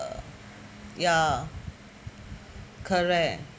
uh ya correct